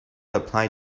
apply